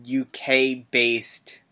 UK-based